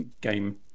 game